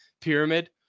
pyramid